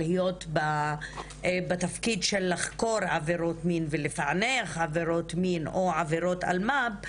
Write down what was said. להיות בתפקיד של לחקור עבירות מין ולפענח עבירות מין או עבירות אלמ"ב,